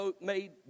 made